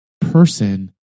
person